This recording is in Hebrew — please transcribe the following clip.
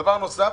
דבר נוסף,